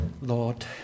lord